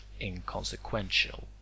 inconsequential